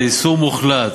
זה איסור מוחלט,